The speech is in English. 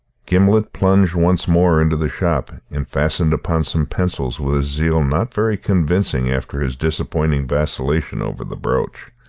gimblet plunged once more into the shop, and fastened upon some pencils with a zeal not very convincing after his disappointing vacillation over the brooch.